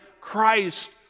Christ